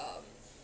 um